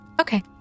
Okay